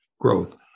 growth